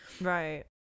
Right